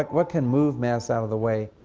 like what can move mass out of the way?